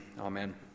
Amen